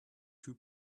two